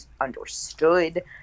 understood